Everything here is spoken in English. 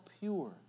pure